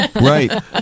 Right